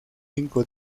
cinco